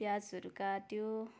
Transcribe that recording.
प्याजहरू काट्यो